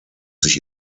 sich